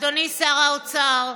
אדוני שר האוצר,